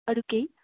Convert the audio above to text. अरू केही